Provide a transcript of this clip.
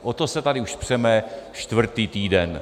O to se tady už přeme čtvrtý týden.